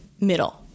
middle